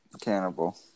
Cannibal